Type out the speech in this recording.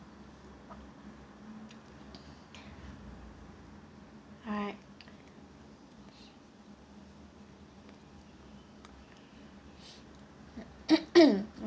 I